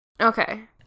Okay